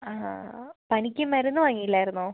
ആ പനിക്ക് മരുന്ന് വാങ്ങിയില്ലായിരുന്നോ